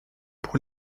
pour